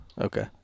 Okay